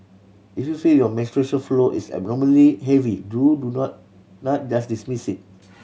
if you feel your menstrual flow is abnormally heavy do do not not just dismiss it